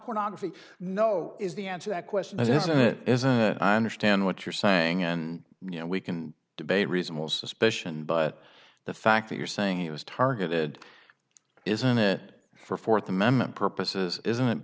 pornography no is the answer that question is isn't it understand what you're saying and you know we can debate reasonable suspicion but the fact that you're saying it was targeted isn't it for fourth amendment purposes isn't